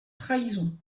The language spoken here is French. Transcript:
trahison